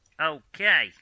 Okay